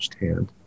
hand